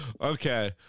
Okay